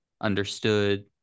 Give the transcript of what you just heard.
understood